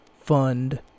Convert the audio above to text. fund